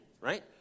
right